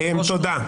תודה.